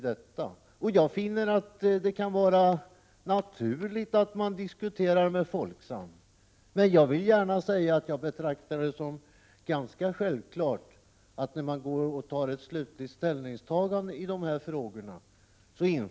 Det kan vara naturligt att diskutera med Folksam, men det är självklart att anbud infordras, innan ett slutligt ställningstagande görs.